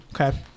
okay